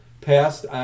passed